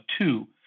two